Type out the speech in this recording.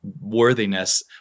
worthiness